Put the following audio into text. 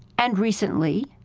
and recently,